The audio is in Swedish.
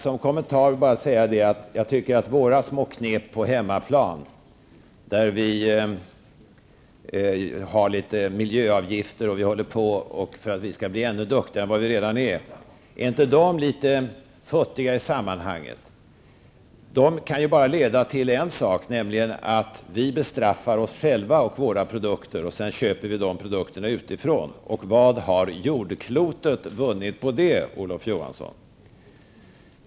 Som kommentar vill jag bara säga att jag tycker att våra små knep på hemmaplan, där vi har litet miljöavgifter och arbetar för att bli ännu duktigare än vi redan är, verkar på mig litet futtiga i sammanhanget. Det kan bara leda till en sak: Vi bestraffar oss själva och våra produkter. Sedan köper vi produkterna utifrån. Vad har jordklotet vunnit på det, Olof Johansson?